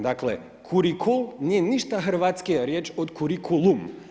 Dakle kurikul nije ništa hrvatskija riječ od kurikulum.